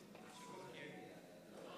חוק פנייה לגופים ציבוריים באמצעי קשר דיגיטליים (תיקון),